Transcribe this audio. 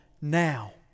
now